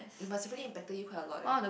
it must impacted him quite a lot eh